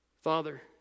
Father